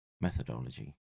methodology